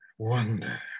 wonder